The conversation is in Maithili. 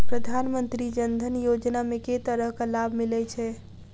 प्रधानमंत्री जनधन योजना मे केँ तरहक लाभ मिलय छै?